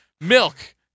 milk